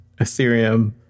Ethereum